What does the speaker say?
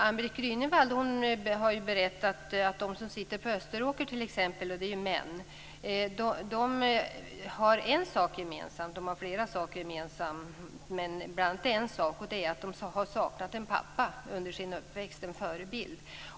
AnnBritt Grünewald har berättat att de som sitter på Österåker, t.ex. - det är män - har en sak gemensamt. De har flera saker gemensamt, men bl.a. en sak. Det är att de har saknat en pappa under sin uppväxt - en förebild.